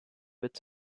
wird